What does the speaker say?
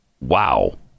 wow